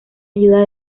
ayuda